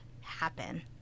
happen